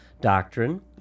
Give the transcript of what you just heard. doctrine